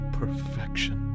perfection